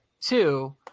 two